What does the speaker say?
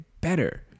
better